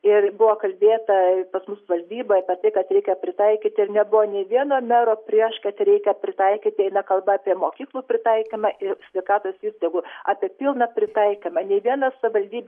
ir buvo kalbėta pas mus valdyboj apie tai kad reikia pritaikyt ir nebuvo nė vieno mero prieš kad reikia pritaikyti eina kalba apie mokyklų pritaikymą ir sveikatos įstaigų apie pilną pritaikymą nei viena savivaldybė